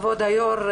כבוד היו"ר,